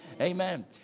Amen